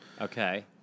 Okay